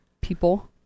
People